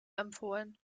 empfohlen